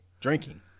Drinking